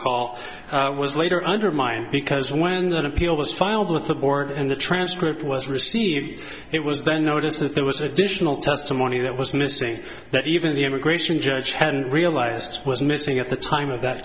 call was later undermined because when that appeal was filed with the board and the transcript was received it was then noticed that there was additional testimony that was missing that even the immigration judge hadn't realized was missing at the time of that